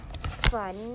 fun